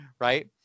right